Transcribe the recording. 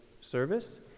service